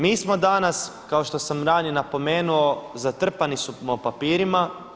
Mi smo danas kao što sam ranije napomenuo zatrpani smo papirima.